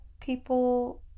people